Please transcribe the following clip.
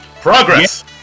Progress